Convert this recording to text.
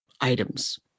items